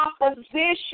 opposition